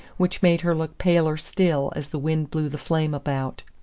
which made her look paler still as the wind blew the flame about.